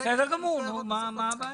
בסדר גמור, נו מה הבעיה?